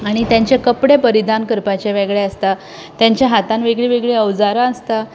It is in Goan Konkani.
आनी तेंचे कपडे परिधान करपाचे वेगळे आसता तेंच्या हातांत वेगळीं वेगळीं अवजारां आसता